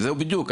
בדיוק.